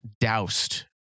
doused